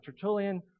Tertullian